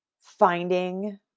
finding